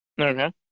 Okay